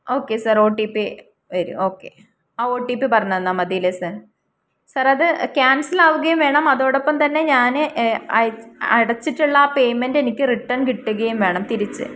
okay sir O T P വരും okay ആ O T P പറഞ്ഞു തന്നാൽ മതിയല്ലേ സാർ സാർ അത് ക്യാൻസൽ ആവുകയും വേണം അതോടൊപ്പം തന്നെ ഞാൻ അടച്ചിട്ടുള്ള ആ പേയ്മെൻ്റ് എനിക്ക് റിട്ടേൺ കിട്ടുകയും വേണം തിരിച്ച്